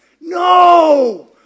No